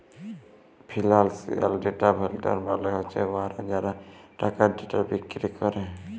financial data vendor মালে হছে উয়ারা যারা টাকার ডেটা বিক্কিরি ক্যরে